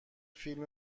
فیلم